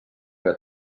que